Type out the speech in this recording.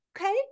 okay